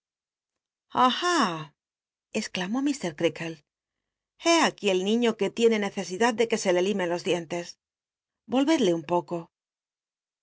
r crealdc i jlé aquí el niño qne tiene nccesida l de que se le limen los clientes volvedle un poco